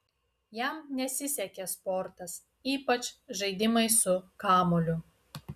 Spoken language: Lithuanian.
jam nesisekė sportas ypač žaidimai su kamuoliu